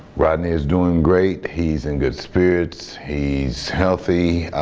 rodney is doing great, he's in good spirits. he's healthy.